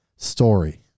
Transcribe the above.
story